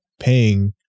paying